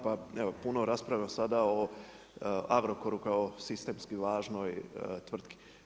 Pa evo puno rasprave sada o Agrokoru kao sistemski važnoj tvrtki.